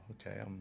okay